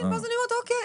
ואז אני אומרת אוקיי,